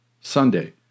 Sunday